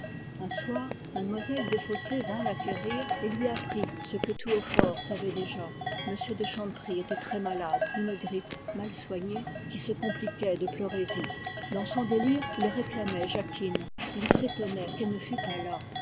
un soir mlle desfossés vint la quérir et lui apprit ce que tout hautfort savait déjà m de chanteprie était très malade d'une grippe mal soignée qui se compliquait de pleurésie dans son délire il réclamait jacquine il s'étonnait qu'elle ne fût pas là